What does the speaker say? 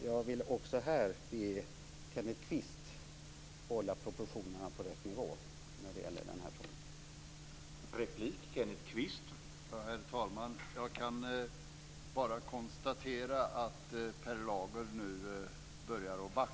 Jag vill också här be Kenneth Kvist att hålla proportionerna på rätt nivå när det gäller den här frågan.